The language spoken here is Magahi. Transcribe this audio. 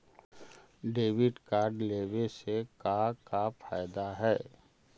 डेबिट कार्ड लेवे से का का फायदा है?